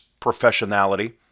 professionality